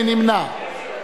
מי נמנע?